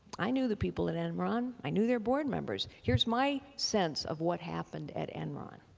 i knew the people at enron. i knew their board members. here's my sense of what happened at enron